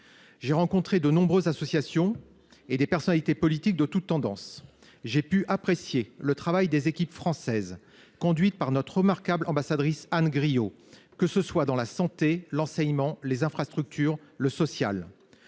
J'ai rencontré de nombreuses associations et des personnalités politiques de toutes tendances. J'ai pu apprécier le travail des équipes diplomatiques françaises, conduites par notre remarquable ambassadrice Anne Grillo, dans les domaines de la santé, de l'enseignement, des infrastructures ou encore